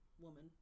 Woman